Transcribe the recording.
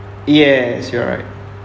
yes you are right